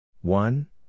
one